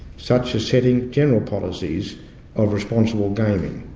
such as setting general policies of responsible gaming.